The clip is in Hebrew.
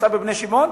אתה בבני-שמעון?